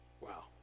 wow